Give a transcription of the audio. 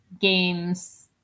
games